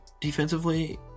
defensively